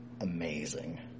amazing